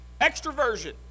Extroversion